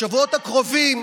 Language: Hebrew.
בשבועות הקרובים,